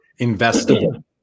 investable